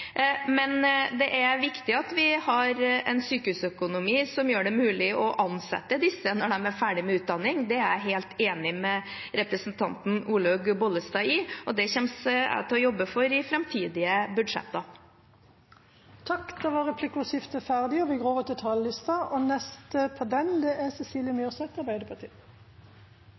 Det er viktig at vi har en sykehusøkonomi som gjør det mulig å ansette disse når de er ferdig med utdanningen. Det er jeg helt enig med representanten Olaug Bollestad i, og det kommer jeg til å jobbe for i framtidige budsjetter. Replikkordskiftet er ferdig. De talerne som heretter får ordet, har en taletid på inntil 3 minutter. Debatten går